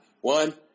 One